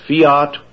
fiat